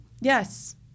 Yes